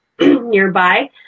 nearby